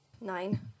Nine